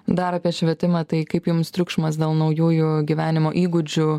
dar apie švietimą tai kaip jums triukšmas dėl naujųjų gyvenimo įgūdžių